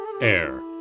Air